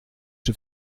czy